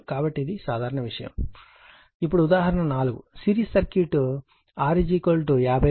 కాబట్టి ఇది సాధారణ విషయం ఇప్పుడు ఉదాహరణ 4 సిరీస్ సర్క్యూట్ R 50 Ω L 0